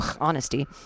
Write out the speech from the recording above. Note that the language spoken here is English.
honesty